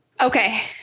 Okay